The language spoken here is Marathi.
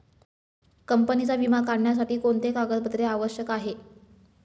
कंपनीचा विमा काढण्यासाठी कोणते कागदपत्रे आवश्यक आहे?